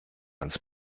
ans